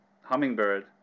hummingbird